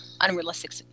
unrealistic